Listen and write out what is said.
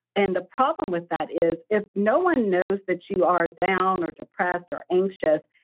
and the problem with that is, if no one knows that you are down or depressed or anxious,